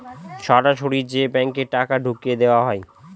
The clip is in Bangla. সরাসরি যে ব্যাঙ্কে টাকা ঢুকিয়ে দেওয়া হয়